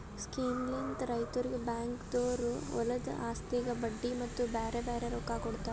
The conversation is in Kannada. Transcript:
ಸ್ಕೀಮ್ಲಿಂತ್ ರೈತುರಿಗ್ ಬ್ಯಾಂಕ್ದೊರು ಹೊಲದು ಆಸ್ತಿಗ್ ಬಡ್ಡಿ ಮತ್ತ ಬ್ಯಾರೆ ಬ್ಯಾರೆ ರೊಕ್ಕಾ ಕೊಡ್ತಾರ್